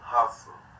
hustle